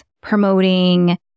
promoting